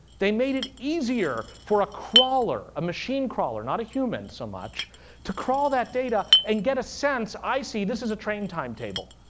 they made it easier for a crawler a machine crawler, not a human so much to crawl that data and get a sense. i see. this is a train time table.